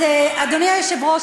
אז אדוני היושב-ראש,